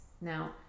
Now